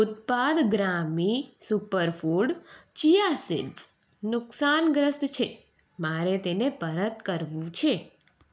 ઉત્પાદ ગ્રામી superfood chia seeds નુકસાનગ્રસ્ત છે મારે તેને પરત કરવું છે